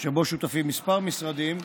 שותפים כמה משרדים,